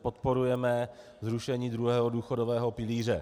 Podporujeme zrušení druhého důchodového pilíře.